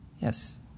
Yes